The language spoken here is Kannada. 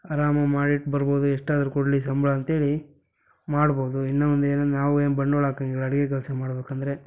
ಅರಾಮಾಗಿ ಮಾಡಿಟ್ಟು ಬರ್ಬೋದು ಎಷ್ಟಾದರೂ ಕೊಡಲಿ ಸಂಬಳ ಅಂತೇಳಿ ಮಾಡ್ಬೌದು ಇನ್ನೂ ಒಂದು ಏನು ನಾವು ಏನೂ ಬಂಡವಾಳ ಹಾಕೋಂಗಿಲ್ಲ ಅಡಿಗೆ ಕೆಲಸ ಮಾಡ್ಬೇಕಂದ್ರೆ